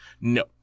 No